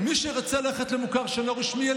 מי שירצה ללכת למוכר שאינו רשמי,